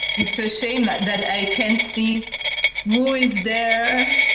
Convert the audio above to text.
it's a shame that that i can't see who is there,